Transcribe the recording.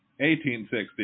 1860